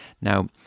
Now